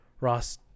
Ross